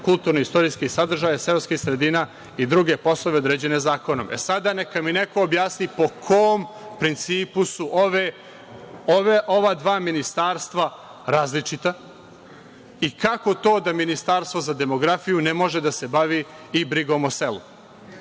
kulturno-istorijskih sadržaja seoskih sredina i druge poslove određene zakonom.E, sada, neka mi neko objasni po kom principu su ova dva ministarstva različita i kako to da ministarstvo za demografiju ne može da se bavi i brigom o selu,